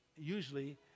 Usually